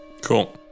Cool